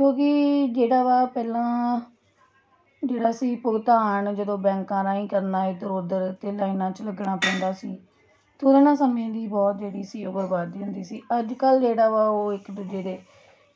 ਕਿਉਂਕਿ ਜਿਹੜਾ ਵਾ ਪਹਿਲਾਂ ਜਿਹੜਾ ਸੀ ਭੁਗਤਾਨ ਜਦੋਂ ਬੈਂਕਾਂ ਰਾਹੀਂ ਕਰਨਾ ਇੱਧਰ ਉੱਧਰ ਅਤੇ ਲਾਈਨਾਂ 'ਚ ਲੱਗਣਾ ਪੈਂਦਾ ਸੀ ਤਾਂ ਓਹਦੇ ਨਾਲ ਸਮੇਂ ਦੀ ਬਹੁਤ ਜਿਹੜੀ ਸੀ ਉਹ ਬਰਬਾਦੀ ਹੁੰਦੀ ਸੀ ਅੱਜ ਕੱਲ੍ਹ ਜਿਹੜਾ ਵਾ ਉਹ ਇੱਕ ਦੂਜੇ ਦੇ